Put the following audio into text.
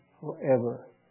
forever